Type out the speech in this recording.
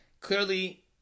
clearly